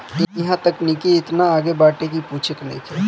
इहां तकनीकी एतना आगे बाटे की पूछे के नइखे